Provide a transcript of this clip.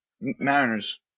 Mariners